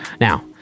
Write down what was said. Now